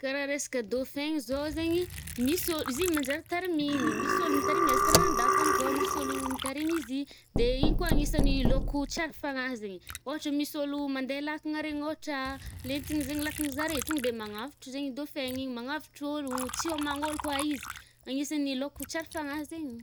Ka raha resaka dauphin igny zao zaigny misy o- izy i manjary taramigny. Misy ôlo mitarimy azy karaha an-dafy any zao misy ôlo mitaarimy izy. De igny koa agnisan’ny laoko tsara fanahy zaigny. ôhatra misy ôlo mande lakana regny ôhatra lentigny zaigny lakan'zare, to de magnavotra zaigny dauphin igny, manavotro ôlogno, tsy homagn’ôlo kôa izy, anisan’ny lôko tsara fanahy zaigny.